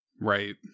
Right